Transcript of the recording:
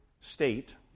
state